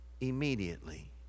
immediately